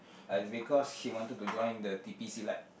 it's because she wanted to join the T_P Silat